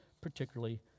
particularly